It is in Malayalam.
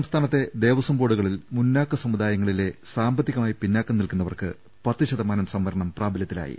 സംസ്ഥാനത്തെ ദേവസ്ഥംബോർഡുകളിൽ മുന്നാക്ക സമു ദായങ്ങളിലെ സാമ്പത്തികമായി പിന്നീക്കം നിൽക്കുന്ന വർക്ക് പത്ത് ശതമാനം സംവരണം പ്രാബല്യത്തിലായി